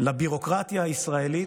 סליחה, לביורוקרטיה הישראלית,